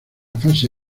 fase